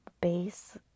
base